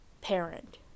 parent